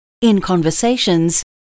in-conversations